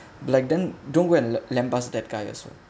but like then don't go and lambast that guy also